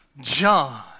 John